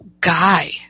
guy